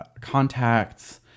contacts